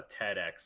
TEDx